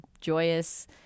joyous